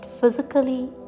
physically